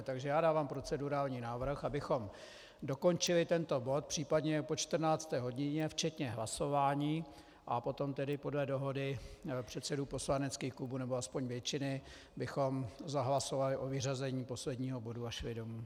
Takže dávám procedurální návrh, abychom dokončili tento bod případně i po 14. hodině včetně hlasování a potom tedy podle dohody předsedů poslaneckých klubů, nebo aspoň většiny, bychom zahlasovali o vyřazení posledního bodu a šli domů.